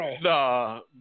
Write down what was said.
No